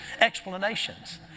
explanations